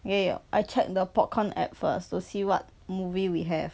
eh I check the popcorn app first to see what movie we have